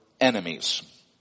enemies